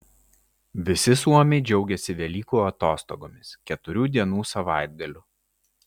visi suomiai džiaugiasi velykų atostogomis keturių dienų savaitgaliu